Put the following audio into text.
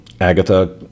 Agatha